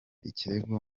ikirego